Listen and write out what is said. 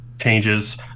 changes